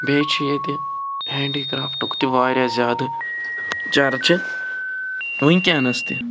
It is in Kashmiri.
بیٚیہِ چھ ییٚتہِ ہینٛڈی کرٛافٹُک تہِ واریاہ زیادٕ چرچہِ وُنکٮ۪نَس تہِ